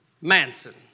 Manson